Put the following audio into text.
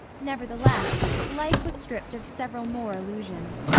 nevertheless, life was stripped of several more illusions,